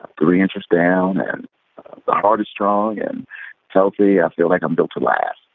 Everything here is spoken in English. ah three inches down and the heart is strong and healthy. i feel like i'm built to last.